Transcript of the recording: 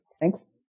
Thanks